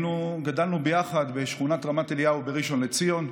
גדלנו ביחד בשכונת רמת אליהו בראשון לציון.